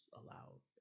allowed